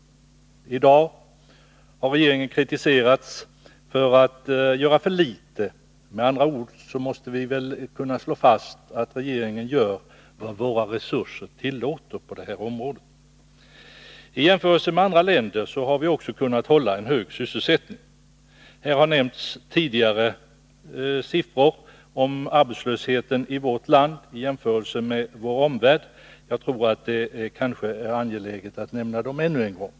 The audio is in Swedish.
I dag har regeringen kritiserats för att göra för litet. Med andra ord måste man kunna slå fast att regeringen gör vad våra resurser tillåter på det här området. I jämförelse med andra länder har vi också kunnat hålla en hög sysselsättning. Här har tidigare nämnts siffror för arbetslösheten i vårt land land i jämförelse med arbetslösheten i vår omvärld, men jag tror att det är angeläget att nämna dem ännu en gång.